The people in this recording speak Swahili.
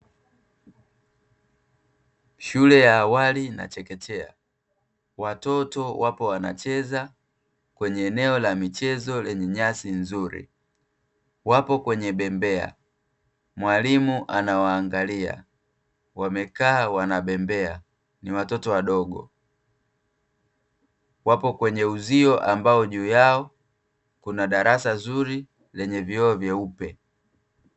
Shule ya awali na chekechea. Watoto wapo wanacheza kwenye eneo la michezo lenye nyasi nzuri. Wapo kwenye bembea, mwalimu anawaangalia, wamekaa wanabembea; ni watoto wadogo. Wapo kwenye uzio ambao juu yao kuna darasa zuri lenye vioo vyeupe.